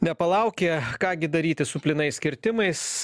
nepalaukė ką gi daryti su plynais kirtimais